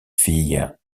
fille